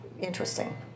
Interesting